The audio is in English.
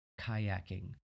kayaking